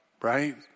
right